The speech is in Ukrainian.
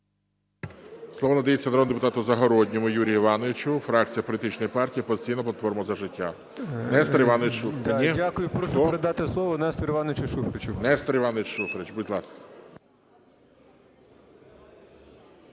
Слово надається народному депутату Загородньому Юрію Івановичу, фракція політичної партії "Опозиційна платформа – За життя". Нестор Іванович Шуфрич. 14:12:16 ЗАГОРОДНІЙ Ю.І. Дякую. Прошу передати слово Нестору Івановичу Шуфричу. ГОЛОВУЮЧИЙ. Нестор Іванович Шуфрич, будь ласка.